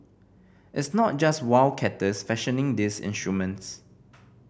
it's not just wildcatters fashioning these instruments